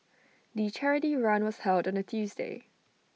the charity run was held on A Tuesday